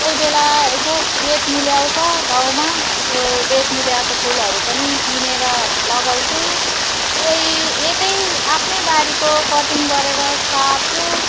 कोही बेला यसो बेच्नु ल्याउँछ गाउँमा त्यो बेच्नु ल्याएको फुलहरू पनि किनेर लगाउँछु कोही यतै आफ्नै बारीको कटिङ गरेर सार्छु